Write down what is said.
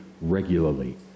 regularly